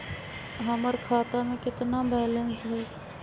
हमर खाता में केतना बैलेंस हई?